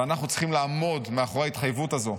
ואנחנו צריכים לעמוד מאחורי ההתחייבות הזו.